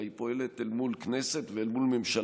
אלא היא פועלת אל מול כנסת ואל מול ממשלה.